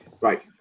Right